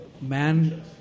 man